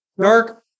Dark